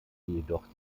jedoch